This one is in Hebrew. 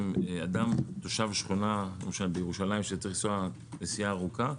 תושב שכונה למשל בירושלים שצריך לנסוע נסיעה ארוכה,